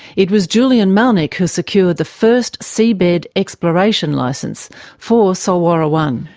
it was julian malnic who secured the first seabed exploration licence for solwara one.